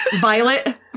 Violet